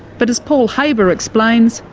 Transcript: but as paul haber explains,